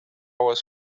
wars